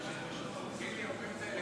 חברי הכנסת,